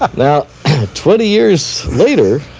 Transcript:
now twenty years later,